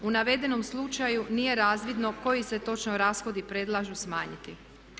U navedenom slučaju nije razvidno koji se točno rashodi predlažu smanjiti.